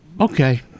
okay